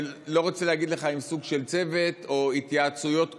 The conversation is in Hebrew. אני לא רוצה להגיד לך אם סוג של צוות או התייעצויות קבועות,